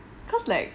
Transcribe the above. because like